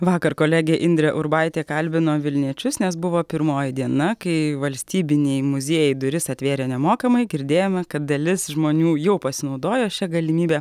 vakar kolegė indrė urbaitė kalbino vilniečius nes buvo pirmoji diena kai valstybiniai muziejai duris atvėrė nemokamai girdėjome kad dalis žmonių jau pasinaudojo šia galimybe